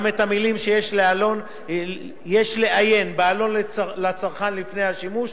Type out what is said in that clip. גם את המלים "יש לעיין בעלון לצרכן לפני השימוש"